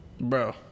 Bro